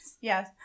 Yes